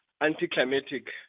anticlimactic